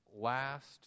last